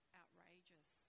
outrageous